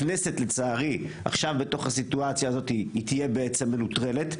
הכנסת לצערי עכשיו בתוך הסיטואציה הזאת תהיה בעצם מנוטרלת.